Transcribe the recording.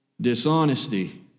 dishonesty